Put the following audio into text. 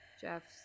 Jeff's